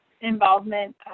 involvement